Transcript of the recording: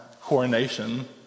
coronation